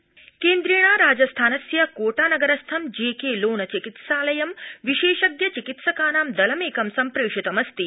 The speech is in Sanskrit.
प्रशासनम् केन्द्रेण राजस्थानस्य कोटानगरस्थं जेके लोन चिकित्सालयं विशेषज्ञ चिकित्सकानां दलमेकं सम्प्रेषितमस्ति